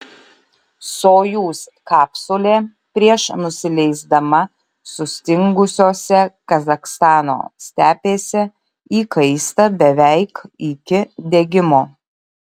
sojuz kapsulė prieš nusileisdama sustingusiose kazachstano stepėse įkaista beveik iki degimo